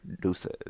deuces